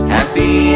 Happy